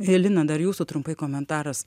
helina dar jūsų trumpai komentaras